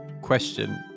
question